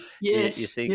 yes